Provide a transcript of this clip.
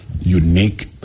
unique